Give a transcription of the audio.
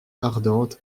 ardente